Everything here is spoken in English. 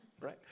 right